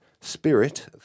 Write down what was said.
Spirit